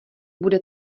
bude